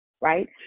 right